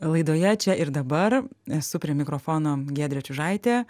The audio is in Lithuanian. laidoje čia ir dabar esu prie mikrofono giedrė čiužaitė